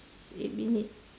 eight minute